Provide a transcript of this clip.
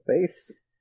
face